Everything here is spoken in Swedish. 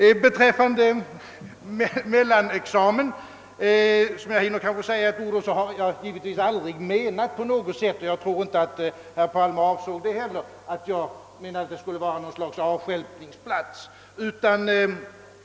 Vad beträffar mellanexamen har jag givetvis aldrig menat — och jag tror inte heller att herr Palme avsåg det — att denna skulle vara något slags avstjälpningsplats.